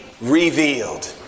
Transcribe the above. revealed